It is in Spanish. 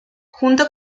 junto